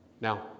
Now